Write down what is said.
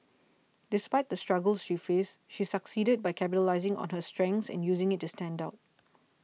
despite the struggles she faced she succeeded by capitalising on her strengths and using it to stand out